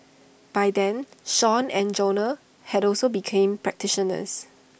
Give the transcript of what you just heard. by then Sean and Jonah had also become practitioners